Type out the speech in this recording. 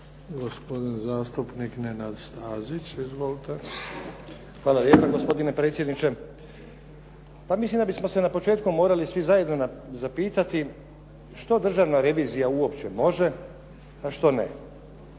gospodin zastupnik Nenad Stazić. Izvolite. **Stazić, Nenad (SDP)** Hvala lijepa. Gospodine predsjedniče. Pa mislim da bismo se na početku morali svi zajedno zapitati što Državna revizija uopće može a što ne,